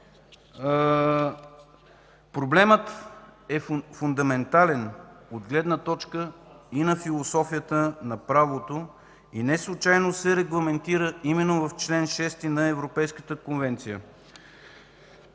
проблемът е фундаментален от гледна точка и на философията на правото и неслучайно се регламентират именно в чл. 6 на Европейската конвенция.